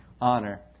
honor